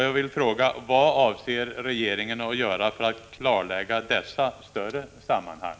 Jag vill fråga: Vad avser regeringen att göra för att klarlägga dessa större sammanhang?